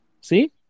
See